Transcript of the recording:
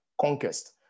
conquest